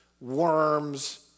worms